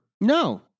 No